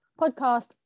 podcast